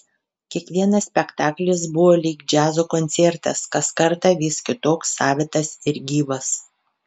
kiekvienas spektaklis buvo lyg džiazo koncertas kas kartą vis kitoks savitas ir gyvas